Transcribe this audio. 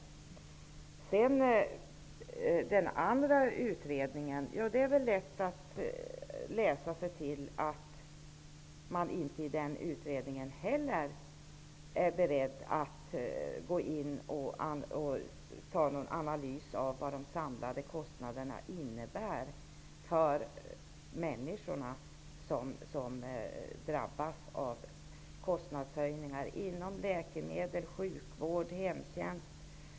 När det gäller den andra utredningen är det lätt att läsa sig till att inte heller den är beredd att gå in och göra någon analys av vad de samlade kostnaderna innebär för de människor som drabbas av kostnadshöjningar när det gäller läkemedel, sjukvård och hemtjänst.